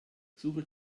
suche